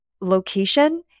location